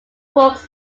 books